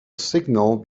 signal